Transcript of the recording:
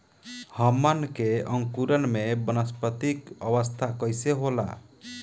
हमन के अंकुरण में वानस्पतिक अवस्था कइसे होला?